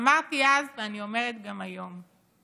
אמרתי אז ואני אומרת גם היום: